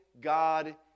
God